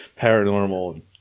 paranormal